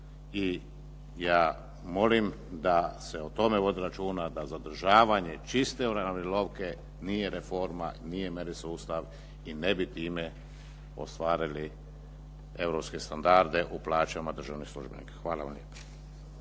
I ja molim da se o tome vodi računa da zadržavanje čiste uravnilovke nije reforma, nije merit sustav i ne bi time ostvarili europske standarde u plaćama državnih službenika. Hvala vam lijepa.